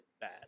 bad